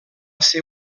ser